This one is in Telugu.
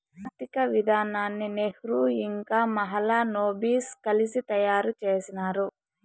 ఆర్థిక విధానాన్ని నెహ్రూ ఇంకా మహాలనోబిస్ కలిసి తయారు చేసినారు